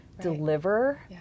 deliver